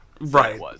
Right